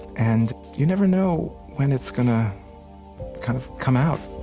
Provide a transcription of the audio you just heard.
and you never know when it's going to kind of come out